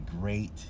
great